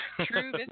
True